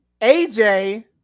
AJ